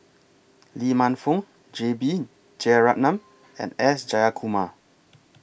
Lee Man Fong J B Jeyaretnam and S Jayakumar